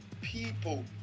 people